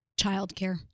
Childcare